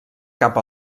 cap